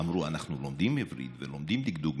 אמרו: אנחנו לומדים עברית ולומדים דקדוק,